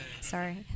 sorry